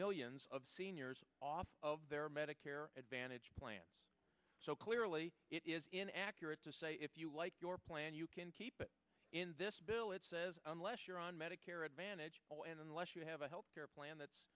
millions of seniors off of their medicare advantage plans so clearly it is inaccurate to say if you like your plan you can keep it in this bill it says unless you're on medicare advantage and unless you have a health care plan that's